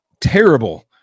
terrible